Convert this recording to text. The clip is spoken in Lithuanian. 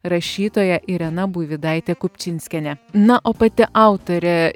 rašytoja irena buivydaitė kupčinskienė na o pati autorė